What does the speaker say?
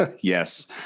yes